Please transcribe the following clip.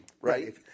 Right